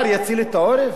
שר ייתן את המענה?